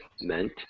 meant